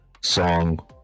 song